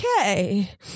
Okay